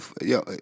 yo